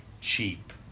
cheap